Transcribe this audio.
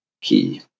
key